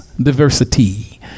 diversity